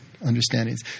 understandings